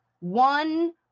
one